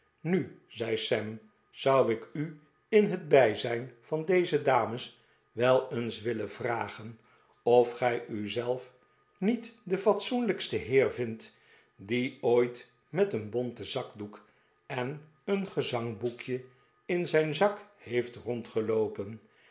nu zei sam zou ik u in het bijzijn van deze dames wel eens willen vragen of gij u zelf niet den fatsoenlijksten heer vindt die ooit met een bonten zakdoek en een gezangboekje in zijn zak heeft